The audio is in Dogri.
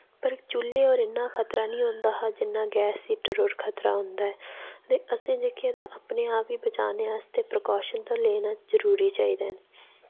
पर चु'ल्ले पर इन्ना खतरा नि होंदा हा जिन्ना गैस हीटर पर खतरा होंदा ऐ ते असें जेह्के तां अपने आप गी बचाने आस्तै प्रिकाशन ते लैना जरुरी चाहिदे न